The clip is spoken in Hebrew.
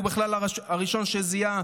הוא בכלל הראשון שזיהה,